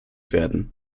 werden